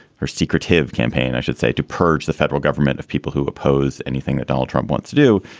her secretive campaign, i should say, to purge the federal government of people who oppose anything that donald trump wants to do.